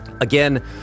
Again